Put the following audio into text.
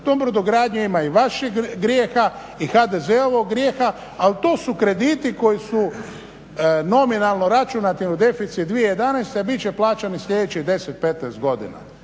U toj brodogradnji ima i vašeg grijeha i HDZ-ovog grijeha ali to su krediti koji su nominalni računati u deficit 2011. a bit će plaćani sljedećih 10, 15 godina.